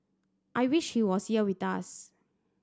I wish he was here with us